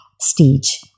stage